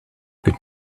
good